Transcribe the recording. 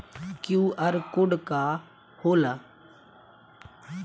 QR code का होला?